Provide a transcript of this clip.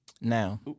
Now